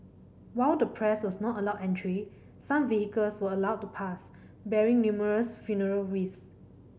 while the press was not allowed entry some vehicles were allowed to pass bearing numerous funeral wreaths